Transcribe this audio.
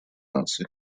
наций